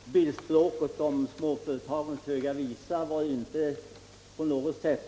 Herr talman! Bildspråket om småföretagens höga visa var inte menat